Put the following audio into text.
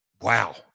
Wow